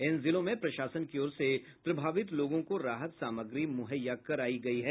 इन जिलों में प्रशासन की ओर से प्रभावित लोगों को राहत सामग्री मुहैया करायी गयी है